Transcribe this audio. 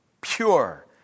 pure